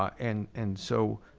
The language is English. um and and so